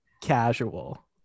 casual